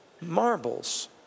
marbles